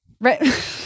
right